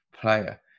player